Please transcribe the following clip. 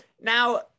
Now